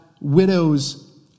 widow's